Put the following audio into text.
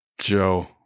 Joe